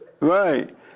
right